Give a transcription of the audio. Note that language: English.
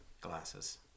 Glasses